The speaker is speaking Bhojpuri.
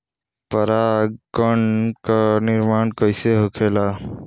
पराग कण क निर्माण कइसे होखेला?